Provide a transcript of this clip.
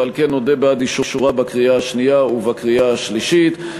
ועל כן אודה על אישורה בקריאה השנייה ובקריאה השלישית.